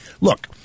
Look